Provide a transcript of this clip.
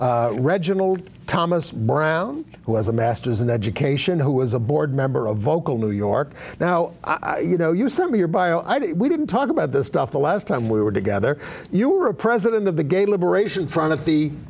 reginald thomas brown who has a masters in education who was a board member of vocal new york now you know you send me your bio id we didn't talk about this stuff the last time we were together you were president of the gay liberation front